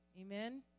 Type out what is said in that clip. Amen